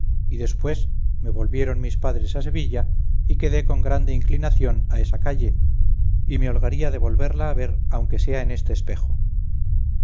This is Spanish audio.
y después me volvieron mis padres a sevilla y quedé con grande inclinación a esa calle y me holgaría de volverla a ver aunque sea en este espejo